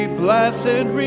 blessed